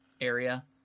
area